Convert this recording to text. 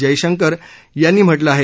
जयशंकर यांनी म्हटलं आहे